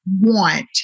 want